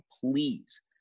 please